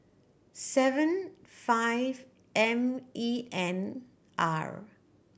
seven five M E N R